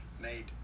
made